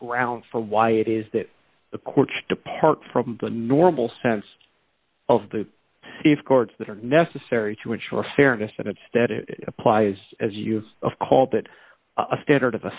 ground for why it is that the courts depart from the normal sense of the sea of cortes that are necessary to ensure fairness and instead it applies as you of called it a standard of a